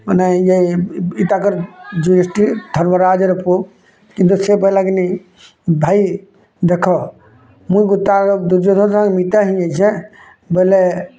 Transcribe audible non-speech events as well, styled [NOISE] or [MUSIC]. ମାନେ ଇଏ ବି ତାକର୍ ଯୁଦ୍ଧିଷ୍ଟିର୍ ଧର୍ମରାଜର ପୁଅ କିନ୍ତୁ ସେବା [UNINTELLIGIBLE] ଭାଇ ଦେଖ ମୁଁ ଦୁର୍ଯ୍ୟଧନ ମିତା ହେଇଁଯାଇଛେ ବୋଲେ